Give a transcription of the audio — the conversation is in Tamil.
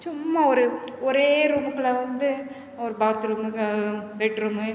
சும்மா ஒரு ஒரே ரூம்முக்குள்ள வந்து ஒரு பாத்ரூமு பெட்ரூமு